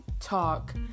talk